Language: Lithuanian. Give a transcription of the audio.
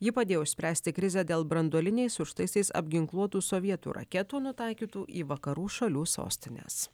ji padėjo išspręsti krizę dėl branduoliniais užtaisais apginkluotų sovietų raketų nutaikytų į vakarų šalių sostines